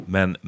Men